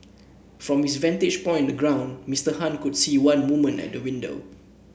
from his vantage point in the ground Mister Han could see one woman at the window